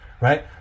right